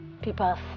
People